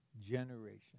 generation